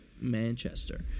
Manchester